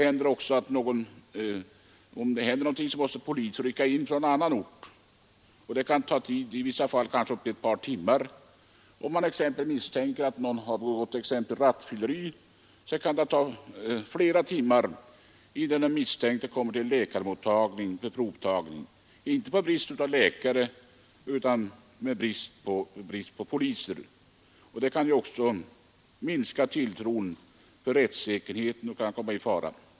Händer det något där, måste polis rycka ut från annan ort. Det kan ta tid, i vissa fall upp till ett par timmar. Misstänker man t.ex. att någon begått rattfylleri, kan det ta flera timmar innan den misstänkte kommer till en läkarmottagning för provtagning — inte av brist på läkare utan av brist på poliser. Tilltron till rättssäkerheten kan komma i fara.